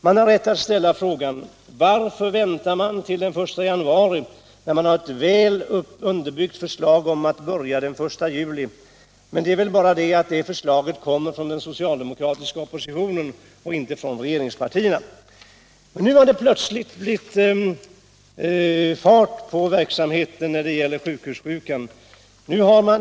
Man har rätt att ställa frågan: Varför väntar man till den 1 januari, när man har ett väl underbyggt förslag om att börja den 1 juli. Men det är väl bara det att detta förslag kommer från den socialdemokratiska oppositionen och inte från regeringspartierna. Nu har det plötsligt blivit fart på verksamheten när det gäller sjukhussjukan.